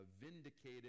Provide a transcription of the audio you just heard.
vindicated